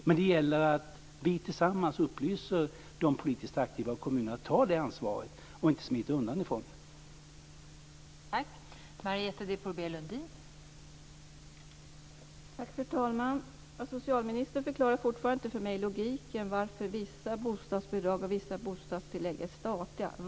Men det gäller att vi tillsammans upplyser de politiskt aktiva och kommunerna om att de ska ta det ansvaret och inte smita undan från det.